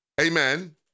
Amen